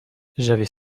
j’avais